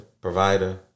provider